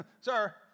sir